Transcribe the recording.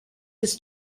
his